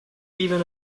even